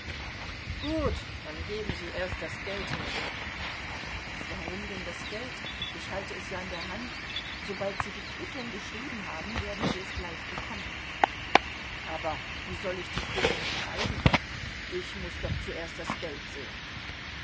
gut dann geben sie erst das geld her warum denn das geld ich halte es ja in der hand sobald sie die quittung geschrieben haben werden sie es gleich bekommen aber wie soll ich die quittung schreiben ich muß doch zuerst das geld sehen